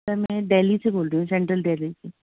سر میں دہلی سے بول رہی ہوں سینٹرل دہلی سے